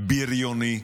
בריוני,